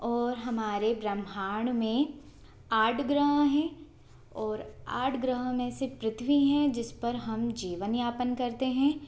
और हमारे ब्रह्मांड में आठ ग्रह हैं और आठ ग्रह में से पृथ्वी है जिस पर हम जीवन यापन करते हैं